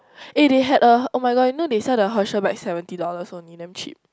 eh they had a [oh]-my-god you know they sell the Herschel bag seventy dollars only damn cheap